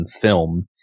film